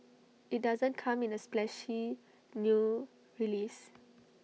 IT doesn't come in A splashy new release